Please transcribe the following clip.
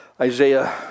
Isaiah